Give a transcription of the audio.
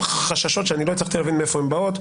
חששות שלא הצלחתי להבין מהיכן הם באים,